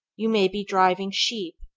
you may be driving sheep,